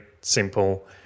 simple